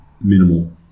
minimal